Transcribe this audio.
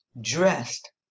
dressed